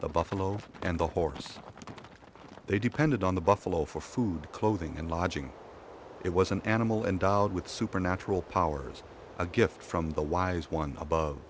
the buffalo and the horses they depended on the buffalo for food clothing and lodging it was an animal and dolled with supernatural powers a gift from the wise one above